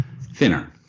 thinner